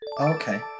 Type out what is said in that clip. Okay